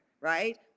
Right